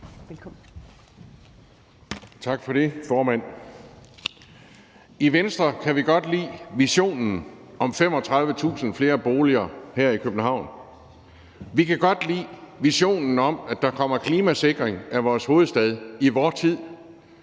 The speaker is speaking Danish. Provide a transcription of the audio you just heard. I Venstre kan vi godt lide visionen om 35.000 flere boliger her i København. Vi kan godt lide visionen om, at der kommer klimasikring af vores hovedstad i vor tid.